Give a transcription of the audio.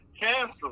canceled